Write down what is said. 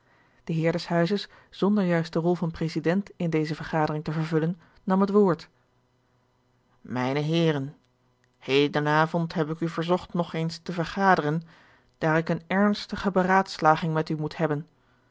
heer des huizes zonder juist de rol van president in deze vergadering te vervullen nam het woord mijne heeren heden avond heb ik u verzocht nog eens te vergaderen daar ik eene ernstige beraadslaging met u moet hebben